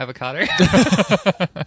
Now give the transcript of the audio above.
avocado